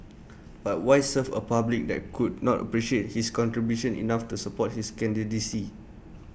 but why serve A public that could not appreciate his contributions enough to support his candidacy